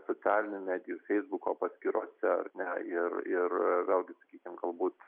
socialinių medijų feisbuko paskyrose ar ne ir ir vėlgi sakykim galbūt